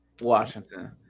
Washington